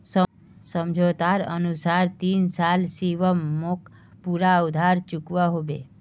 समझोतार अनुसार तीन साल शिवम मोक पूरा उधार चुकवा होबे